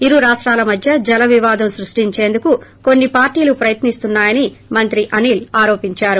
ఇరు రాష్టాల మధ్య జల వివాదం సృష్టించేందుకు కొన్ని పార్టీలు ప్రయత్ని స్తున్నా యని మంత్రి అనిల్ ఆరోపించారు